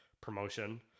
promotion